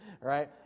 right